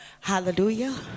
hallelujah